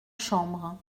chambre